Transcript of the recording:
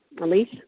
Elise